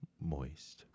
Moist